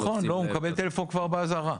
לא, הוא מקבל טלפון כבר באזהרה.